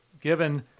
given